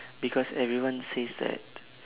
because everyone says that